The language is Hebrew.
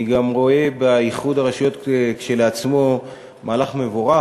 אני גם רואה באיחוד הרשויות כשלעצמו מהלך מבורך,